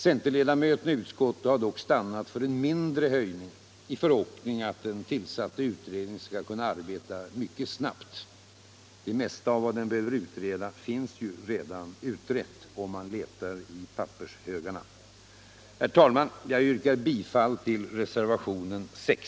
Centerledamöterna i utskottet har dock stannat för en mindre höjning i förhoppning att den tillsatta utredningen skall kunna arbeta mycket snabbt. Det mesta av vad den behöver utreda finns ju redan utrett — om man letar i pappershögarna. Herr talman! Jag yrkar bifall till reservationen 6.